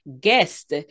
guest